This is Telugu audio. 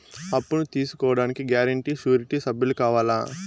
అప్పును తీసుకోడానికి గ్యారంటీ, షూరిటీ సభ్యులు కావాలా?